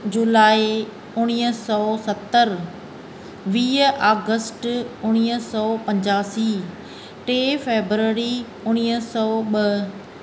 जुलाई उणिवीह सौ सतरि वीह अगस्ट उणिवीह सौ पंजासी टे फेबररी उणिवीह सौ ॿ